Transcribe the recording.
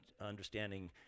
understanding